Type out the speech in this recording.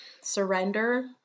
surrender